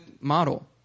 model